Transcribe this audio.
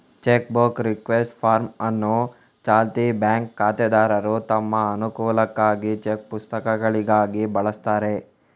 check book request form ಅನ್ನು ಚಾಲ್ತಿ bank ಖಾತೆದಾರರು ತಮ್ಮ ಅನುಕೂಲಕ್ಕಾಗಿ ಚೆಕ್ ಪುಸ್ತಕಗಳಿಗಾಗಿ ಬಳಸ್ತಾರೆ